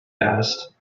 asked